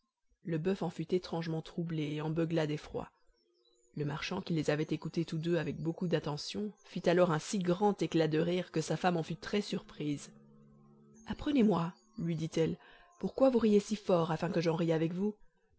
le boeuf en fut étrangement troublé et en beugla d'effroi le marchand qui les avait écoutés tous deux avec beaucoup d'attention fit alors un si grand éclat de rire que sa femme en fut très surprise apprenez-moi lui dit-elle pourquoi vous riez si fort afin que j'en rie avec vous